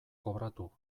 kobratu